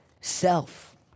self